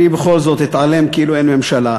אני בכל זאת אתעלם, כאילו אין ממשלה.